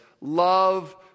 Love